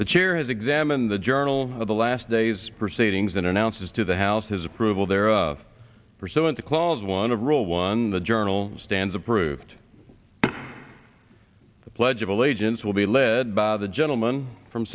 the chair has examined the journal of the last days proceedings and announces to the house his approval there are pursuant calls one of rule one the journal stands approved the pledge of allegiance will be led by the gentleman from